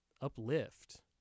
Uplift